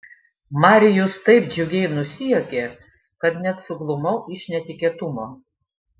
marijus taip džiugiai nusijuokė kad net suglumau iš netikėtumo